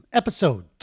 episode